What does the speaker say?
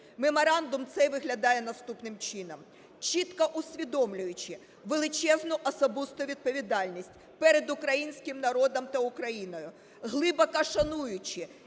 Меморандум цей виглядає наступним чином. "Чітко усвідомлюючи величезну особисту відповідальність перед українським народом та Україною, глибоко шануючи